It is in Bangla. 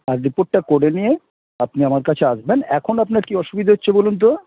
আর রিপোর্টটা করে নিয়ে আপনি আমার কাছে আসবেন এখন আপনার কি অসুবিধা হচ্ছে বলুন তো